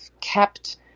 kept